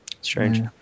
strange